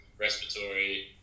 respiratory